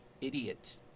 idiot